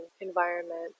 environment